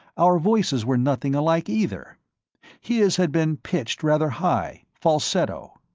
our voices were nothing alike either his had been pitched rather high falsetto.